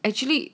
actually